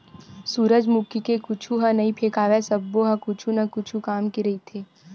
सूरजमुखी के कुछु ह नइ फेकावय सब्बो ह कुछु न काही काम के रहिथे